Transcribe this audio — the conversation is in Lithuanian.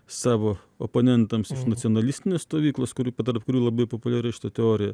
savo oponentams iš nacionalistinės stovyklos kurių tarp kurių labai populiari šita teorija